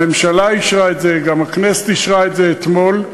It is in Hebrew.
הממשלה אישרה את זה, וגם הכנסת אישרה את זה אתמול.